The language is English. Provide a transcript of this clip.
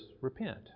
repent